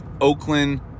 Oakland